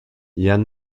yann